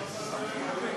סעיפים 1 21 נתקבלו.